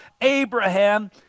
Abraham